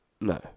No